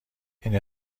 این